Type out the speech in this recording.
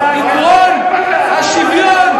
עקרון השוויון,